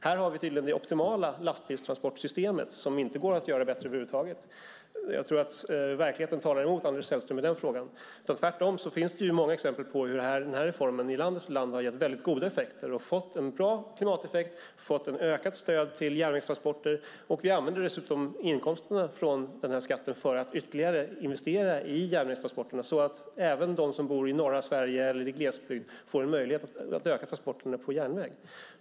Här har vi tydligen det optimala lastbilstransportsystemet som inte går att göra bättre. Jag tror att verkligheten talar emot Anders Sellström i den frågan. Tvärtom finns det många exempel på hur denna reform i land efter land har gett väldigt goda resultat och fått en bra klimateffekt och lett till ökat stöd till järnvägstransporter. Vi använder dessutom inkomsterna från den här skatten till att ytterligare investera i järnvägstransporter så att även de som bor i norra Sverige eller i glesbygd får en möjlighet att öka transporterna på järnväg.